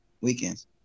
weekends